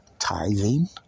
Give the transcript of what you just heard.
Tithing